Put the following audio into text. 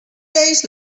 days